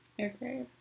Okay